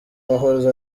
wahoze